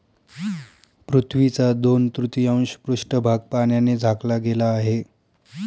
पृथ्वीचा दोन तृतीयांश पृष्ठभाग पाण्याने झाकला गेला आहे